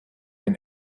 den